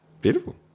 Beautiful